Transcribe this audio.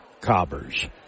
Cobbers